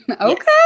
Okay